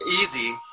easy